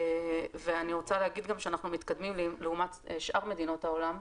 ואני רוצה להגיד גם שאנחנו מתקדמים לעומת שאר מדינות העולם,